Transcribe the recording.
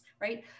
right